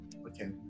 Okay